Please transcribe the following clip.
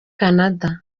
canada